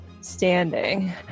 standing